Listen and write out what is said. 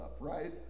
right